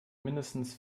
mindestens